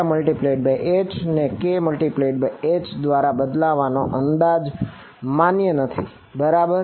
તેથી ∇×H ને k×H દ્વારા બદલાવવાનો અંદાજ માન્ય નથી બરાબર